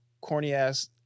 corny-ass